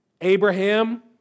Abraham